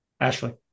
Ashley